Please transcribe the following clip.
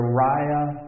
Uriah